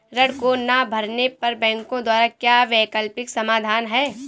ऋण को ना भरने पर बैंकों द्वारा क्या वैकल्पिक समाधान हैं?